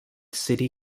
city